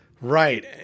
Right